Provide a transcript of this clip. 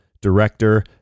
director